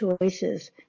choices